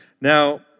Now